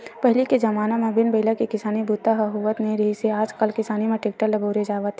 पहिली के जमाना म बिन बइला के किसानी बूता ह होवत नइ रिहिस हे आजकाल किसानी म टेक्टर ल बउरे जावत हे